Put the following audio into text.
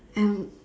and